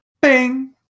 bing